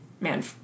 man